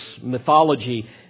mythology